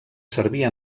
servir